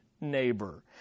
neighbor